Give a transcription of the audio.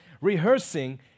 rehearsing